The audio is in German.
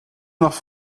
nach